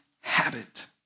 habit